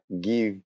give